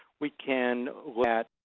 we can look at